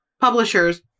publishers